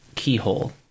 keyhole